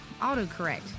Autocorrect